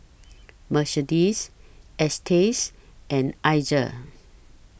Mercedes Estes and Iza